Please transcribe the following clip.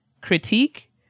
critique